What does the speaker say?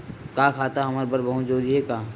का खाता हमर बर बहुत जरूरी हे का?